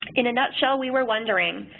in a nutshell, we were wondering,